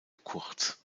kurz